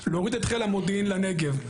להוריד את חיל המודיעין לנגב,